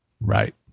Right